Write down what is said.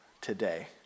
today